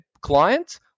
client